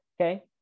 Okay